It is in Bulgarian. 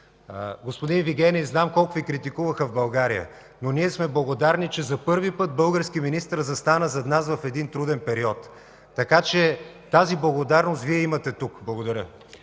„Господин Вигенин знаем колко Ви критикуваха в България, но ние сме благодарни, че за първи път български министър застана зад нас в един труден период”. Така че тази благодарност Вие я имате тук. Благодаря.